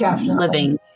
living